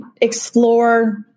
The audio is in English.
explore